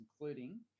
including